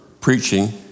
preaching